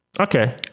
Okay